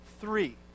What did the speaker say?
three